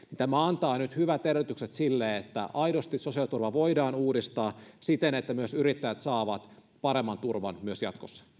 tämä antaa nyt hyvät edellytykset sille aidosti sosiaaliturva voidaan uudistaa siten että myös yrittäjät saavat paremman turvan jatkossa